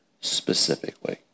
specifically